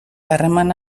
harreman